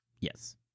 Yes